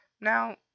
Now